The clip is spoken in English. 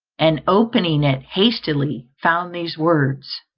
and opening it hastily, found these words